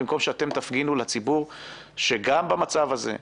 במקום שאתם תפגינו שגם במצב הזה,